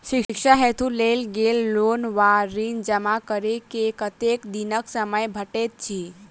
शिक्षा हेतु लेल गेल लोन वा ऋण जमा करै केँ कतेक दिनक समय भेटैत अछि?